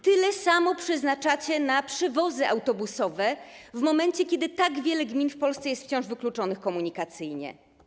Tyle samo przeznaczacie na przewozy autobusowe, w momencie kiedy tak wiele gmin w Polsce jest wciąż wykluczonych komunikacyjnie.